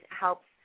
helps